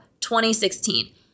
2016